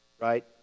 Right